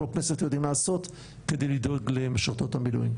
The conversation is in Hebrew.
הכנסת יודעים לעשות כדי לדאוג למשרתות המילואים,